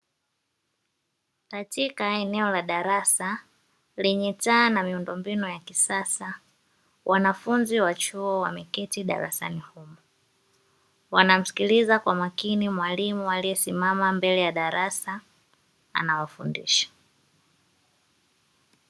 Katika eneo la darasa lenye taa na miundombinu ya kisasa, wanafunzi wa chuo wameketi darasani humo, wanamsikiliza kwa makini mwalimu aliyesimama mbele ya darasa anawafundisha.